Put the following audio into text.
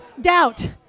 doubt